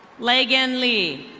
lagan lee.